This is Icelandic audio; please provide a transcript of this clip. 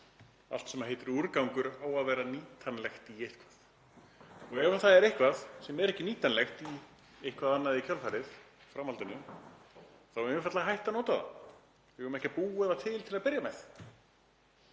Allt sem heitir úrgangur á að vera nýtanlegt í eitthvað og ef það er eitthvað sem er ekki nýtanlegt í eitthvað annað í framhaldinu eigum við einfaldlega að hætta að nota það. Við eigum ekki að búa það til til að byrja með.